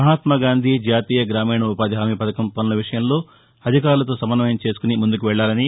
మహాత్మాగాంధీ జాతీయ ఉపాధి హామీ పథకం పనుల విషయంలో అధికారులతో సమస్వయం చేసుకుని ముందుకెళ్లాలని